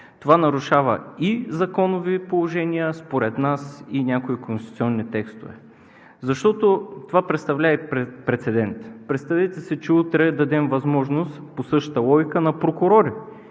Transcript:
Това нарушава и законови положения, според нас и някои конституционни текстове, защото това представлява и прецедент. Представете си, че утре дадем възможност по същата логика на прокурори